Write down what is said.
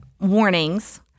warnings